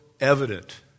evident